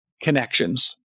connections